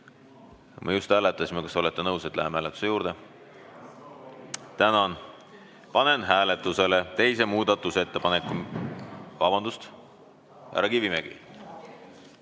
Me just hääletasime. Kas olete nõus, et läheme hääletuse juurde? Tänan! Panen hääletusele teise muudatusettepaneku ... Vabandust! Härra Kivimägi.